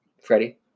Freddie